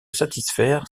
satisfaire